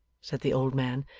said the old man,